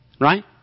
right